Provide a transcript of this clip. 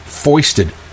foisted